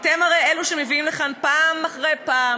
אתם הרי אלו שמביאים לכאן פעם אחרי פעם